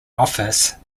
office